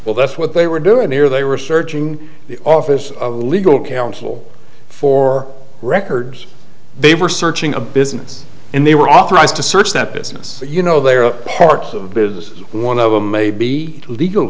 well that's what they were doing here they were searching the office of legal counsel for records they were searching a business and they were authorized to search that business you know there are parts of businesses one of them may be legal